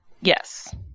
Yes